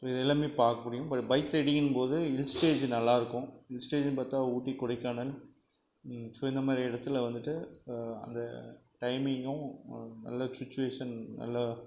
இது எல்லாமே பார்க்க முடியும் பைக் ரைடிங்கின்னும் போது ஹில்ஸ் ஸ்டேஷன் நல்லாயிருக்கும் ஹில்ஸ் ஸ்டேஷன் பார்த்தா ஊட்டி கொடைக்கானல் ஸோ இந்த மாதிரி இடத்துல வந்துட்டு அந்த டைமிங்கும் நல்ல சுச்சுவேஷன் நல்ல